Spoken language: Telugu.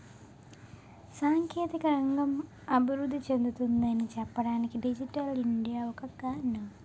సాంకేతిక రంగం అభివృద్ధి చెందుతుంది అని చెప్పడానికి డిజిటల్ ఇండియా ఒక కారణం